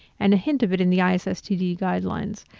and a hint of it in the isstd guidelines,